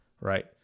Right